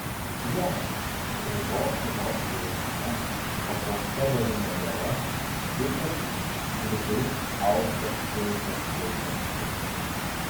vienas rudos odos palaidine papuošta varine viela kitas grubiai austo pilko šilko striuke